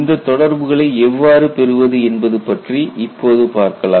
இந்த தொடர்புகளை எவ்வாறு பெறுவது என்பது பற்றி இப்போது பார்க்கலாம்